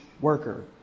worker